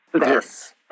Yes